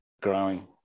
growing